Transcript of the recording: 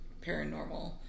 paranormal